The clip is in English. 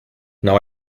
now